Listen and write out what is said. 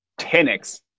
10x